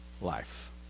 life